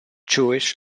jewish